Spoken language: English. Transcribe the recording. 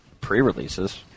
pre-releases